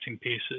pieces